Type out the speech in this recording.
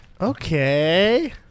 Okay